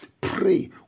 Pray